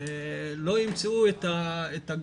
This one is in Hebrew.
ולא ייתכן שלא ימצאו את הגרושים,